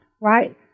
right